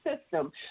system